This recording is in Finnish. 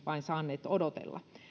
vain edelleenkin saaneet odotella